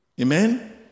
Amen